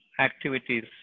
activities